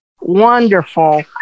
wonderful